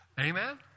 Amen